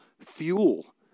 fuel